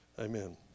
Amen